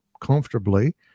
comfortably